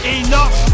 enough